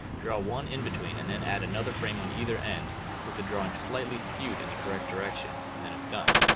draw one in between and then add another frame on either end with the drawing slightly skewed in the correct direction, and then it's done.